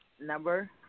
Number